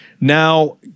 now